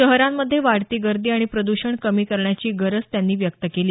शहरांमध्ये वाढती गर्दी आणि प्रद्षण कमी करण्याची गरज त्यांनी व्यक्त केली